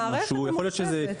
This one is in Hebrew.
מערכת ממוחשבת.